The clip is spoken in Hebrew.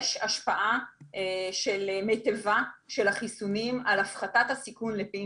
יש השפעה מיטיבה של החיסונים על הפחתת הסיכון ל-PIMS.